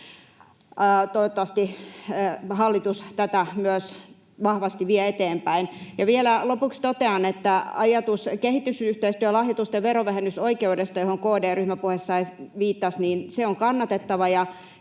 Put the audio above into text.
Toivottavasti hallitus myös tätä vahvasti vie eteenpäin. Vielä lopuksi totean, että ajatus kehitysyhteistyölahjoitusten verovähennysoikeudesta, johon KD ryhmäpuheessaan viittasi, on kannatettava.